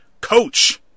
coach